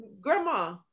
grandma